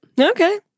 Okay